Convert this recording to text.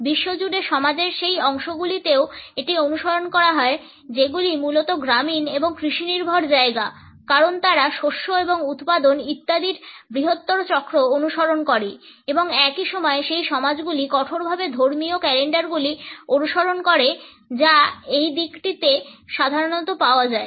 বিশ্বজুড়ে সমাজের সেই অংশগুলিতেও এটি অনুসরণ করা হয় যেগুলি মূলত গ্রামীণ এবং কৃষিনির্ভর জায়গা কারণ তারা শস্য ও উৎপাদন ইত্যাদির বৃহত্তর চক্র অনুসরণ করে এবং একই সময়ে সেই সমাজগুলি কঠোরভাবে ধর্মীয় ক্যালেন্ডারগুলি অনুসরণ করে যা এই দিকটিতে সাধারণত পাওয়া যায়